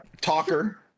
talker